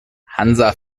hansa